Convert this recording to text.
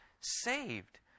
saved